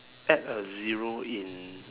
add a zero in